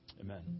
Amen